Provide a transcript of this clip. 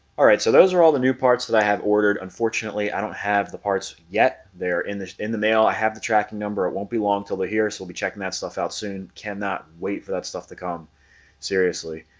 all right so those are all the new parts that i have ordered. unfortunately. i don't have the parts yet. they're in the in the mail i have the tracking number. it won't be long till they're here so we'll be checking that stuff out soon cannot wait for that stuff to come seriously,